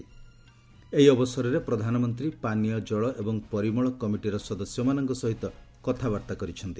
ଏହି ଅବସରରେ ପ୍ରଧାନମନ୍ତ୍ରୀ ପାନୀୟ ଜଳ ଏବଂ ପରିମଳ କମିଟିର ସଦସ୍ୟମାନଙ୍କ ସହିତ କଥାବାର୍ତ୍ତା କରିଛନ୍ତି